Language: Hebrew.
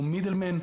הוא מידל מן,